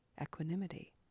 equanimity